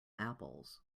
apples